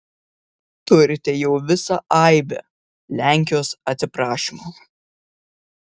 turite jau visą aibę lenkijos atsiprašymų